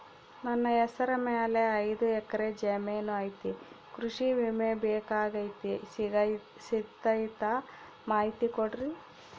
ನನ್ನ ಹೆಸರ ಮ್ಯಾಲೆ ಐದು ಎಕರೆ ಜಮೇನು ಐತಿ ಕೃಷಿ ವಿಮೆ ಬೇಕಾಗೈತಿ ಸಿಗ್ತೈತಾ ಮಾಹಿತಿ ಕೊಡ್ರಿ?